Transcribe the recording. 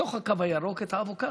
בתוך הקו הירוק את האבוקדו.